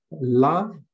Love